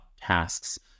tasks